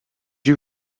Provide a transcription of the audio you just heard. you